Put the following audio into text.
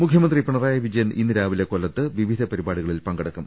മുഖ്യമന്ത്രി പിണറായി വിജയൻ ഇന്ന് രാവിലെ കൊല്ലത്ത് വിവിധ ന്ന പരിപാടികളിൽ പങ്കെടുക്കും